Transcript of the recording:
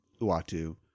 Uatu